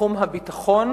ובתחום הביטחון,